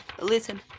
listen